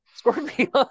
Scorpion